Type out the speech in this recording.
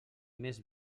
més